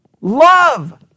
Love